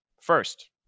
First